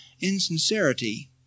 insincerity